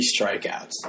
strikeouts